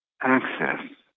access